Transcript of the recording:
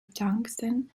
tungsten